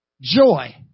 joy